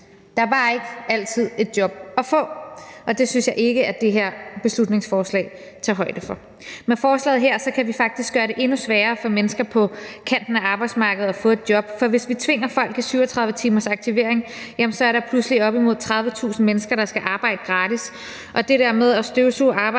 Der er bare ikke altid et job at få. Det synes jeg ikke at det her beslutningsforslag tager højde for. Med forslaget her kan vi faktisk gøre det endnu sværere for mennesker på kanten af arbejdsmarkedet at få et job, for hvis vi tvinger folk i 37 timers aktivering, er der pludselig op imod 30.000 mennesker, der skal arbejde gratis. Og det der med at støvsuge arbejdsmarkedet